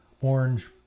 orange